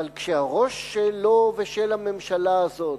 אבל כשהראש שלו ושל הממשלה הזאת